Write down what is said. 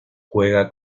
juega